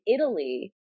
Italy